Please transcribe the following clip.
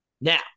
Now